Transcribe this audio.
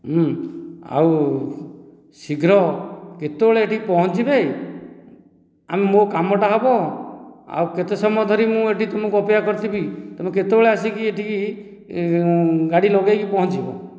ହୁଁ ଆଉ ଶୀଘ୍ର କେତେବେଳେ ଏଠି ପହଞ୍ଚିବେ ଆଉ ମୋ କାମଟା ହେବ ଆଉ କେତେ ସମୟ ଧରି ମୁଁ ଏଠି ତୁମକୁ ଅପେକ୍ଷା କରିଥିବି ତମେ କେତେବେଳେ ଆସିକି ଏଠିକି ଗାଡ଼ି ଲଗାଇକି ପହଞ୍ଚିବ